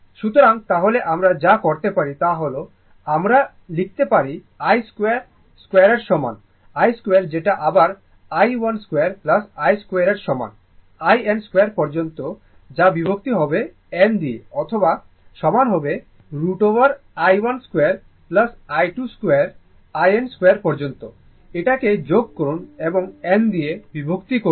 সুতরাং তাহলে আমরা যা করতে পারি তা হল আমরা লিখতে পারি I2 2 এর সমান I 2 যেটা আবার i1 2 I2 2 এর সমান in 2 পর্যন্ত যা বিভক্ত হবে n দিয়ে অথবা I সমান হবে 2√i1 2 I2 2 in 2 পর্যন্ত এটা কে যোগ করুন এবং n দিয়ে বিভক্ত করুন